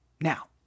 Now